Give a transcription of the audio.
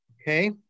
Okay